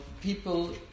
people